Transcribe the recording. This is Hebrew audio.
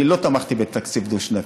אני לא תמכתי בתקציב דו-שנתי,